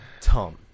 Tom